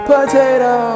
Potato